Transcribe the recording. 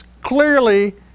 clearly